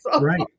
Right